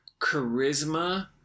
charisma